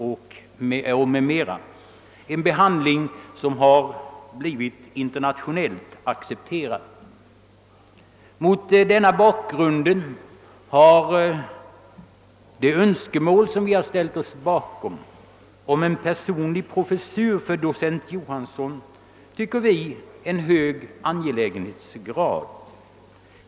Det rör sig om en behandling som blivit internationellt accepterad. Mot denna bakgrund har de önskemål om en personlig professur för docent Johansson som vi ställt oss bakom en hög angelägenhetsgrad.